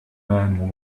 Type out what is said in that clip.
man